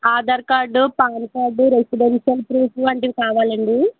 Aadhaar card PAN card residential proof వంటివి కావాలండి